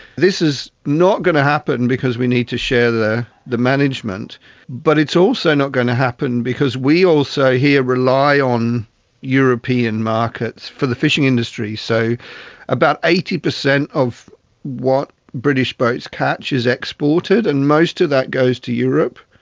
this is not going to happen because we need to share the the management but it's also not going to happen because we also here rely on european markets for the fishing industry, so about eighty percent of what british boats catch is exported, and most of that goes to europe.